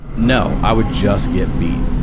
no, i would just get beat.